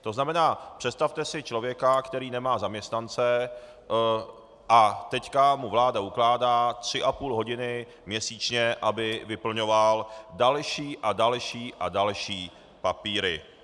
To znamená, představte si člověka, který nemá zaměstnance, a teď mu vláda ukládá tři a půl hodiny měsíčně, aby vyplňoval další a další a další papíry.